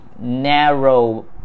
narrow